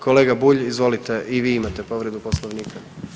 Kolega Bulj izvolite i vi imate povredu poslovnika.